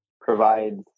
provides